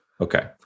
Okay